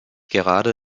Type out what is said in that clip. gerade